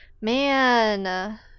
Man